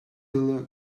look